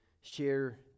share